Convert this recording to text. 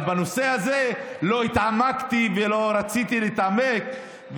אבל בנושא הזה לא התעמקתי ולא רציתי להתעמק,